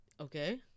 Okay